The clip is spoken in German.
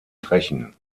brechen